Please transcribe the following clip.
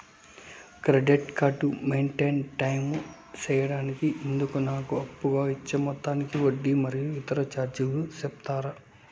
Credit card maintain time సేయడానికి ఇందుకు నాకు అప్పుగా ఇచ్చే మొత్తానికి వడ్డీ మరియు ఇతర చార్జీలు సెప్తారా?